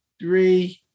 three